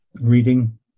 reading